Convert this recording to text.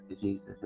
Jesus